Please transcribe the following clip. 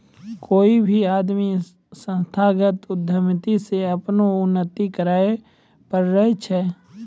कोय भी आदमी संस्थागत उद्यमिता से अपनो उन्नति करैय पारै छै